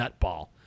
nutball